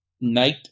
night